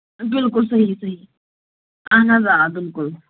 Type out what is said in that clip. بِلکُل صحیح صحیح اَہن حظ آ بِلکُل